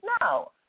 No